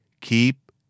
keep